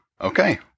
Okay